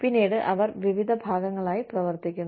പിന്നീട് അവർ വിവിധ ഭാഗങ്ങളായി പ്രവർത്തിക്കുന്നു